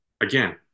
again